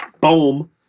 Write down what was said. Boom